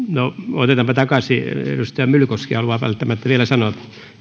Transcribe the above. otetaanpa takaisin edustaja myllykoski haluaa välttämättä vielä sanoa